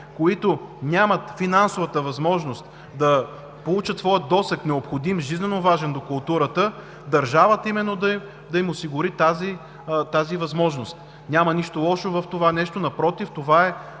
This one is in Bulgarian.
които нямат финансовата възможност, да получат своя необходим, жизненоважен досег до културата, а държавата именно да им осигури тази възможност. Няма нищо лошо в това нещо. Напротив това е